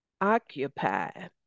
occupy